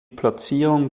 platzierung